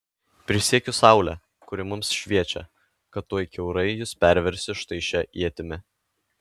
prisiekiu saule kuri mums šviečia kad tuoj kiaurai jus perversiu štai šia ietimi